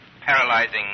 paralyzing